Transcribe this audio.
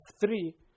three